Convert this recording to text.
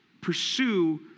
pursue